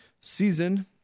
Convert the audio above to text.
season